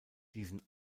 diesen